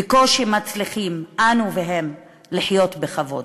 בקושי מצליחים, אנו והם, לחיות בכבוד.